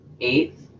Eighth